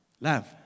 Love